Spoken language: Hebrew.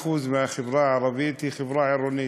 מ-35% מהחברה הערבית היא חברה עירונית,